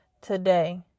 today